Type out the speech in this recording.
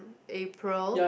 April